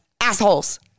assholes